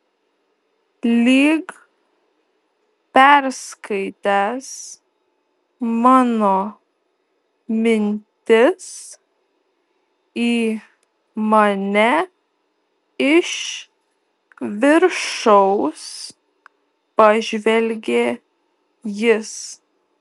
lyg perskaitęs mano mintis į mane iš viršaus pažvelgė jis